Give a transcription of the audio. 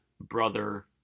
brother